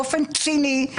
באופן ציני,